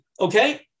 Okay